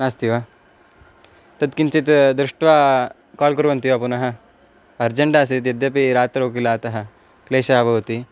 नास्ति वा तत् किञ्चित् दृष्ट्वा काल् कुर्वन्ति वा पुनः अर्जेण्ट् आसीत् यद्यपि रात्रौ किल अतः क्लेशः भवति